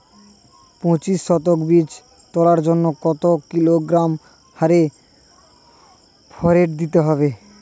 পঁচিশ শতক বীজ তলার জন্য কত কিলোগ্রাম হারে ফোরেট দিতে হবে?